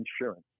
insurance